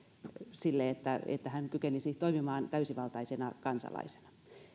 sille että että hän kykenisi toimimaan täysivaltaisena kansalaisena